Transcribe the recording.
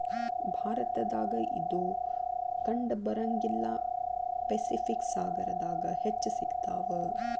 ಭಾರತದಾಗ ಇದು ಕಂಡಬರಂಗಿಲ್ಲಾ ಪೆಸಿಫಿಕ್ ಸಾಗರದಾಗ ಹೆಚ್ಚ ಸಿಗತಾವ